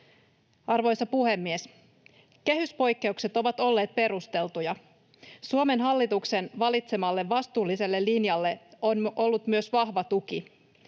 Arvoisa puhemies! Kehyspoikkeukset ovat olleet perusteltuja. Suomen hallituksen valitsemalle vastuulliselle linjalle on ollut myös vahva tuki.